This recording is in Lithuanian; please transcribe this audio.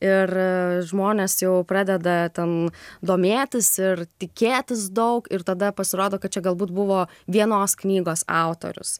ir žmonės jau pradeda ten domėtis ir tikėtis daug ir tada pasirodo kad čia galbūt buvo vienos knygos autorius